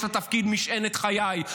יש לה תפקיד: משענת חיי,